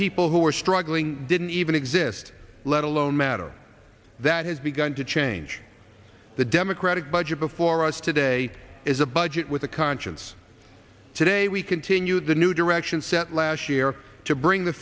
people who are struggling didn't even exist let alone matter that has begun to change the democratic budget before us today is a budget with a conscience today we continue the new direction set last year to bring the